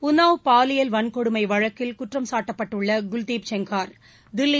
உன்னாவ் பாலியல் வன்கொடுமை வழக்கில் குற்றம் சாட்டப்பட்டுள்ள குல்தீப் செங்கார் தில்லி